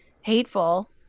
hateful